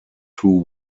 two